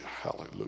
hallelujah